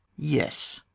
yes,